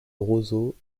roseaux